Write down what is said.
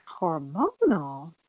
hormonal